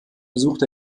besucht